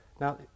Now